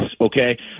Okay